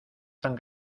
tan